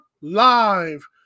live